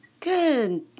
Good